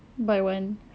buy one